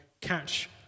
catch